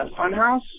Funhouse